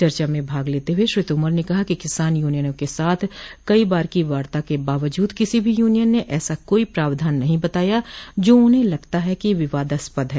चर्चा में भाग लेते हुए श्री तोमर ने कहा कि किसान यूनियनों के साथ कई बार की वार्ता के बावजूद किसी भी यूनियन ने ऐसा कोई प्रावधान नहीं बताया जो उन्हें लगता है कि विवादास्पद है